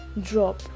drop